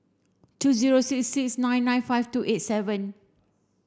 two zero six six nine nine five two eight seven